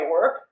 work